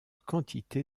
quantité